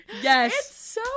yes